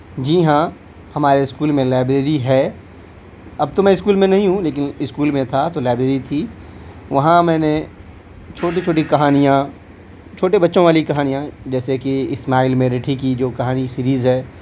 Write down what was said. جی ہاں ہمارے اسکول میں لائبریری ہے اب تو میں اسکول میں نہیں ہوں لیکن اسکول میں تھا تو لائبریری تھی وہاں میں نے چھوٹی چھوٹی کہانیاں چھوٹے بچوں والی کہانیاں جیسے کہ اسماعیل میرٹھی کی جو کہانی سیریز ہے